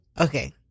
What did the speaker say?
Okay